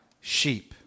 sheep